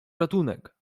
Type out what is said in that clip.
ratunek